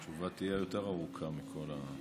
התשובה תהיה יותר ארוכה מכל,